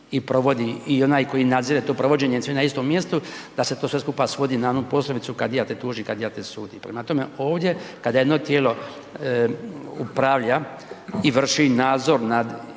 i onaj koji nadzire to provođenje sve na istom mjestu, da se to sve skupa svodi na onu poslovicu kad ja te tužim, kad ja te sudim, prema tome, ovdje kada jedno tijelo upravlja i vrši nadzor nad